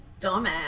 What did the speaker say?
dumbass